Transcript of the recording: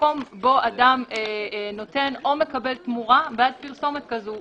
מקום בו אדם נותן או מקבל תמורה בעד פרסומת כזו.